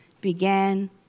began